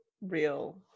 real